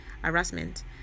harassment